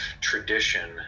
tradition